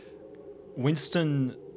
Winston